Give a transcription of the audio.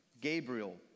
Gabriel